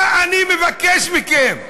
מה אני מבקש מכם?